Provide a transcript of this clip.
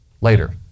Later